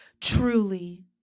truly